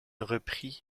reprit